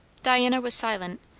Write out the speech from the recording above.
diana was silent.